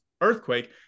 earthquake